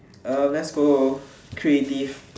uh let's go creative